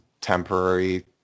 temporary